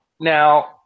now